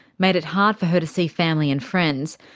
made it hard for her to see family and friends,